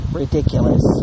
ridiculous